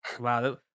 Wow